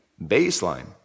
baseline